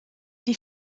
die